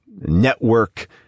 network